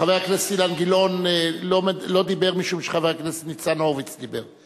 חבר הכנסת אילן גילאון לא דיבר משום שחבר הכנסת ניצן הורוביץ דיבר.